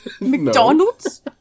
McDonald's